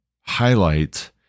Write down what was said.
highlight